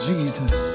Jesus